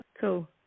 Cool